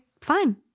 fine